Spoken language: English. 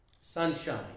Sunshine